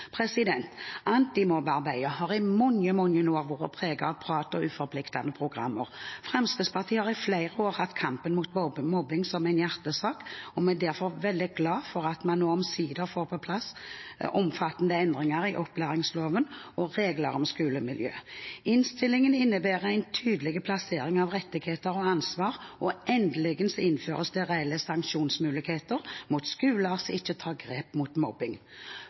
Antimobbearbeidet har i mange, mange år vært preget av prat og uforpliktende programmer. Fremskrittspartiet har i flere år hatt kampen mot mobbing som en hjertesak, og vi er derfor veldig glad for at vi nå omsider får på plass omfattende endringer i opplæringslovens regler om skolemiljø. Innstillingen innebærer en tydelig plassering av rettigheter og ansvar, og endelig innføres det reelle sanksjonsmuligheter mot skoler som ikke tar grep mot